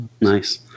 nice